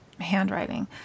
handwriting